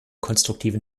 konstruktiven